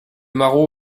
maroux